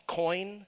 coin